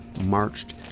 marched